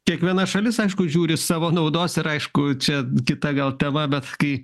kiekviena šalis aišku žiūri savo naudos ir aišku čia kita gal tema bet kai